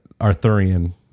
Arthurian